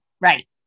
Right